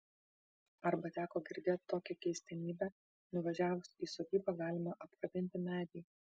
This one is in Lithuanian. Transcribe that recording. arba teko girdėt tokią keistenybę nuvažiavus į sodybą galima apkabinti medį